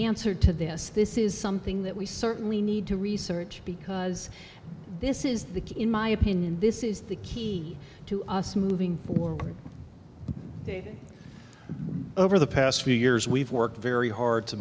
answer to this this is something that we certainly need to research because this is the key in my opinion this is the key to us moving forward over the past few years we've worked very hard to